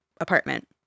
apartment